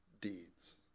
deeds